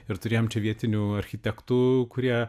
ir turėjom čia vietinių architektų kurie